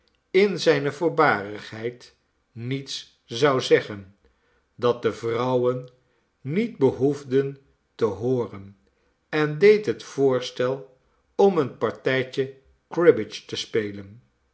in zijne voorbarigheid niets zou zeggen dat de vrouwen niet behoefden te hooren en deed het voorstel om een partijtje cribbage te spelen